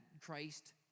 Christ